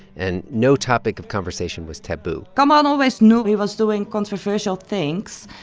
and no topic of conversation was taboo kamaran always knew he was doing controversial things.